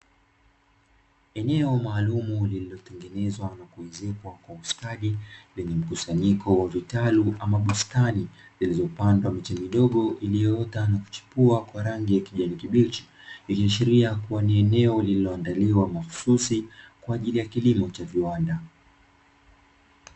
Eneo maalumu lililotengenezwa na kuezekwa kwa ustadi, lenye mkusanyiko wa vitalu ama bustani zilizopandwa kwenye miche midogo iliyoota na kuchipua kwa rangi ya kijani kibichi iliyoshiria kuwa ni eneo lililoandaliwa mahususi, kwa ajili ya kilimo cha viwanda.